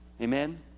Amen